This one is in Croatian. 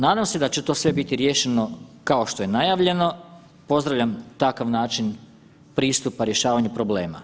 Nadam se da će to sve biti riješeno kao što je najavljeno, pozdravljam takav način pristupa rješavanju problemu.